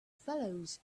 fellows